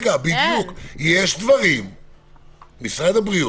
משרד הבריאות,